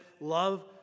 love